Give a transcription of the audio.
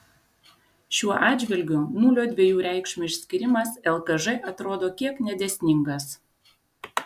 šiuo atžvilgiu nulio dviejų reikšmių išskyrimas lkž atrodo kiek nedėsningas